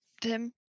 Tim